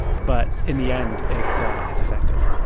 but in the end, it's ah it's effective